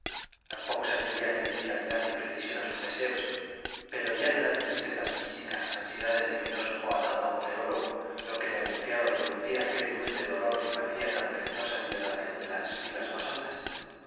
tampoco se atrevía a pedir claridad y precisión a sus deseos pero ya no eran tristezas místicas ansiedades de filósofo atado a un teólogo lo que le angustiaba y producía aquel dulce dolor que parecía una perezosa dilatación de las fibras más hondas